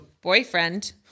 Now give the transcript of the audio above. Boyfriend